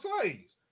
slaves